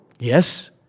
Yes